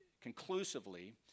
conclusively